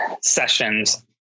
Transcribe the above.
sessions